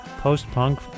post-punk